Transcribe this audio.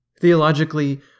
Theologically